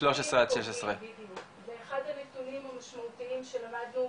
ואחד הנתונים המשמעותיים שלמדנו